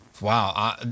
Wow